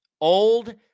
Old